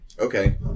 Okay